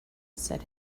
said